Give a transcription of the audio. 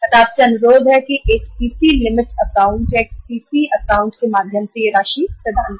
आपसे अनुरोध है कि सीसी लिमिट अकाउंट के माध्यम से यह राशि प्रदान करें